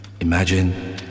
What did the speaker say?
Imagine